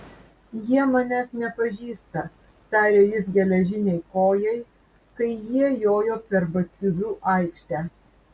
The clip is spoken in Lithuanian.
jie manęs nepažįsta tarė jis geležinei kojai kai jie jojo per batsiuvių aikštę